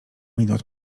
minut